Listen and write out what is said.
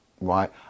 right